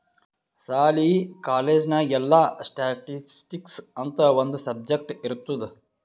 ಸಾಲಿ, ಕಾಲೇಜ್ ನಾಗ್ ಎಲ್ಲಾ ಸ್ಟ್ಯಾಟಿಸ್ಟಿಕ್ಸ್ ಅಂತ್ ಒಂದ್ ಸಬ್ಜೆಕ್ಟ್ ಇರ್ತುದ್